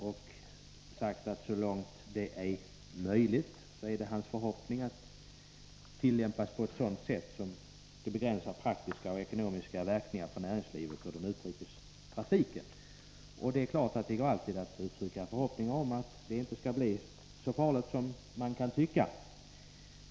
Han har sagt att så långt det är möjligt är det hans förhoppning att de nya rutinerna tillämpas på ett sådant sätt att de bedöms ha praktiska och ekonomiska verkningar för näringslivet och utrikestrafiken. Det är klart att det alltid går att uttrycka förhoppningar om att det inte skall bli så farligt som det kan tyckas bli.